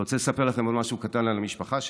אני רוצה לספר לכם עוד משהו קטן על המשפחה שלי.